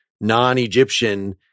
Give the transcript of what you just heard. non-Egyptian